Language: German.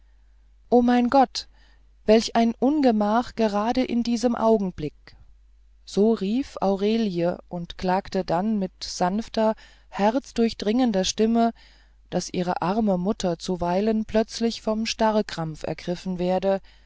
o mein gott welch ein ungemach gerade in diesem augenblick so rief aurelie und klagte dann mit sanfter herzdurchdringender stimme daß ihre arme mutter zuweilen plötzlich vom starrkrampf ergriffen werde